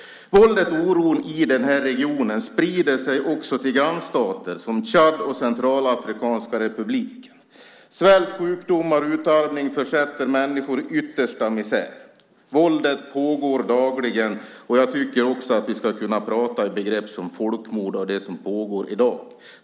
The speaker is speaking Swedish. Våldet och oron i den här regionen sprider sig också till grannstater som Tchad och Centralafrikanska republiken. Svält, sjukdomar och utarmning försätter människor i yttersta misär. Våldet pågår dagligen. Jag tycker att vi ska kunna prata i begrepp som folkmord om det som pågår i dag.